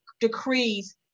decrees